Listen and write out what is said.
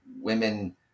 women